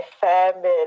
Family